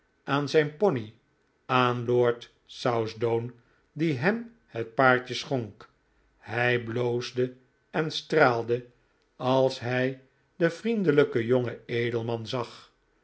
aan zijn pony aan lord southdown die hem het paardje schonk hij bloosde en straalde als hij den vriendelijken jongen edelman zag